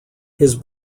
his